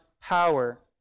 power